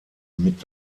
mit